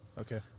okay